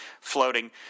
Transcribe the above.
floating